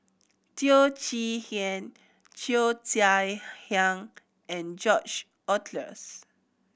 Teo Chee Hean Cheo Chai Hiang and George Oehlers